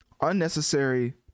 unnecessary